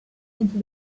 into